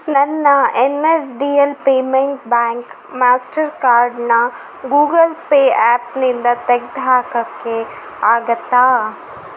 ನನ್ನ N S D L payment bank ಮಾಸ್ಟರ್ಕಾರ್ಡನ್ನು Google Pay ಆ್ಯಪ್ನಿಂದ ತೆಗೆದು ಹಾಕೋಕ್ಕೆ ಆಗತ್ತಾ